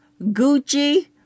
Gucci